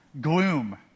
gloom